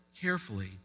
carefully